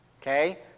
Okay